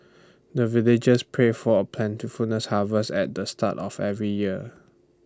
the villagers pray for plentiful harvest at the start of every year